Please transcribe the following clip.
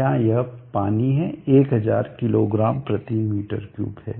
यहाँ यह पानी है 1000 kg m3 है